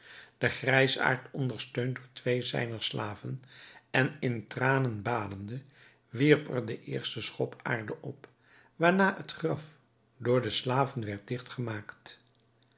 de grijsaard ondersteund door twee zijner slaven en in tranen badende wierp er de eerste schop aarde op waarna het graf door de slaven werd digt gemaakt